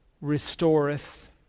restoreth